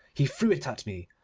he threw it at me.